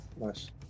Nice